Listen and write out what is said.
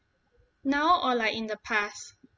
now or like in the past